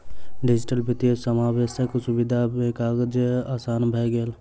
digital वित्तीय समावेशक सुविधा सॅ काज आसान भ गेल